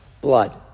blood